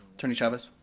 attorney chavez?